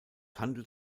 handelt